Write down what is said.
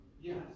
Yes